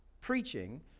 preaching